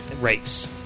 race